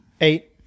Eight